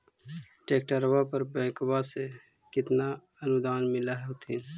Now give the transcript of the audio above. ट्रैक्टरबा पर बैंकबा से कितना अनुदन्मा मिल होत्थिन?